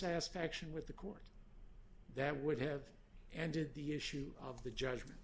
satisfaction with the court that would have ended the issue of the judgement